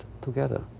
together